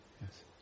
yes